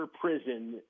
Prison